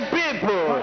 people